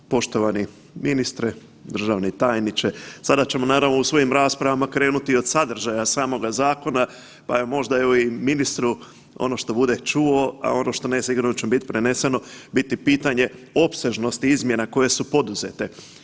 Poštovani ministre, državni tajniče, sada ćemo naravno u svojim raspravama krenuti od sadržaja samoga pa je možda evo i ministru ono što bude čuo, a ono što ne sigurno će mu biti preneseno, biti pitanje opsežnosti izmjena koje su poduzete.